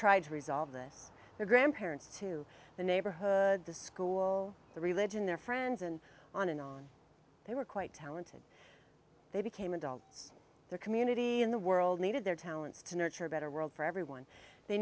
tried to resolve this their grandparents to the neighborhood the school the religion their friends and on and on they were quite talented they became adults their community in the world needed their talents to nurture a better world for everyone they